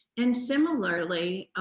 and similarly,